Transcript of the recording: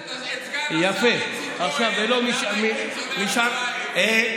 תשאל את סגן השר איציק כהן למה,